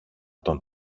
τον